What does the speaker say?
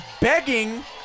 begging